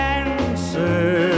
answer